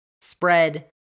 spread